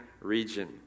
region